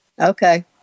Okay